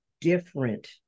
different